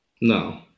No